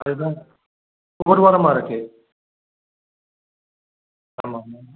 அதுதான் ஒரு வாரமாக இருக்குது ஆமாம் ஆமாமாம்